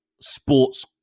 sports